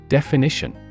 Definition